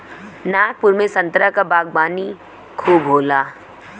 नागपुर में संतरा क बागवानी खूब होला